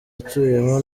atuyemo